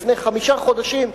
לפני חמישה חודשים,